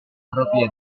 propria